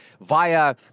via